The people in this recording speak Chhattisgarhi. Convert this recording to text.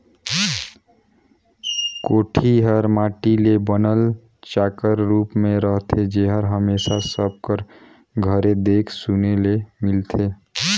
कोठी हर माटी ले बनल चाकर रूप मे रहथे जेहर हमेसा सब कर घरे देखे सुने ले मिलथे